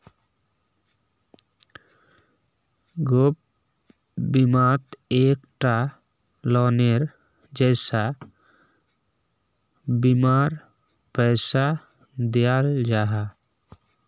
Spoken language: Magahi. गैप बिमात एक टा लोअनेर जैसा बीमार पैसा दियाल जाहा